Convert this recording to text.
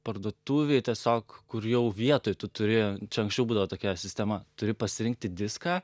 parduotuvėj tiesiog kur jau vietoj tu turi čia anksčiau būdavo tokia sistema turi pasirinkti diską